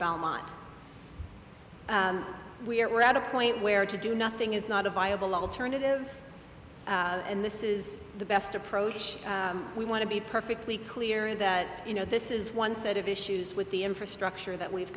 belmont we're we're at a point where to do nothing is not a viable alternative and this is the best approach we want to be perfectly clear that you know this is one set of issues with the infrastructure that we've